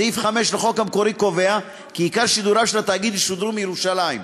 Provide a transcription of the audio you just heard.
סעיף 5 לחוק המקורי קובע כי עיקר שידוריו של התאגיד ישודרו מירושלים.